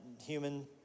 human